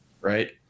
right